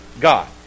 God